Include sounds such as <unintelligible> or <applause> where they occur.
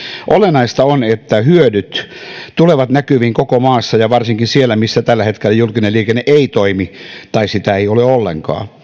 olennaista on että hyödyt tulevat näkyviin koko maassa ja varsinkin siellä missä tällä hetkellä julkinen liikenne ei toimi tai sitä ei ole ollenkaan <unintelligible>